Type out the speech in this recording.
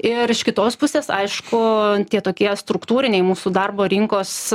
ir iš kitos pusės aišku tie tokie struktūriniai mūsų darbo rinkos